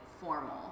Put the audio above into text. formal